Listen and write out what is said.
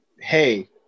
hey